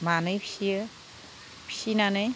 मानै फिसियो फिसिनानै